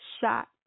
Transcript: shot